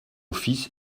fils